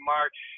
March